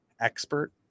expert